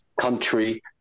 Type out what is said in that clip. country